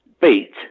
beat